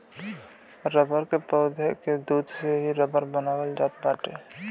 rubber के पौधा के दूध से ही रबर के बनावल जात बाटे